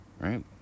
right